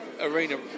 Arena